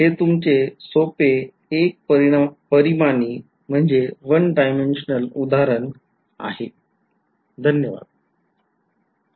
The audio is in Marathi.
तर हे तुमचे सोपे १ परिमाणी उदाहरण आहे